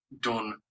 done